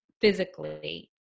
physically